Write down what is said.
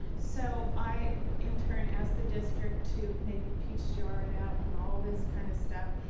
so i, in turn, ask the district to maybe peach jar it out and all this kind of stuff,